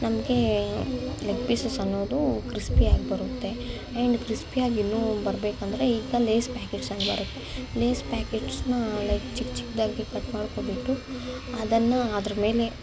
ನಮಗೆ ಲೆಗ್ ಪಿಸಸ್ಸನ್ನೋದು ಕ್ರಿಸ್ಪಿಯಾಗಿ ಬರುತ್ತೆ ಆ್ಯಂಡ್ ಕ್ರಿಸ್ಪಿಯಾಗಿ ಇನ್ನು ಬರ್ಬೇಕೆಂದ್ರೆ ಈಗ ಲೆಸ್ ಪ್ಯಾಕೆಟ್ಸ್ ಹಂಗೆ ಬರುತ್ತೆ ಲೆಸ್ ಪ್ಯಾಕೆಟ್ಸ್ನ ಲೈಕ್ ಚಿಕ್ಕ ಚಿಕ್ಕದಾಗಿ ಕಟ್ ಮಾಡ್ಕೊಂಡ್ಬಿಟ್ಟು ಅದನ್ನು ಅದ್ರ್ಮೇಲೆ